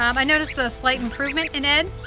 um i noticed a slight improvement in ed